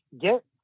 get